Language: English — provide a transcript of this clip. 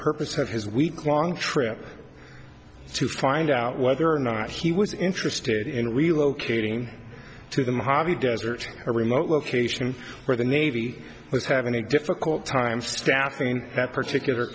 purpose of his weeklong trip to find out whether or not he was interested in relocating to the mojave desert a remote location where the navy is having a difficult time staffing that particular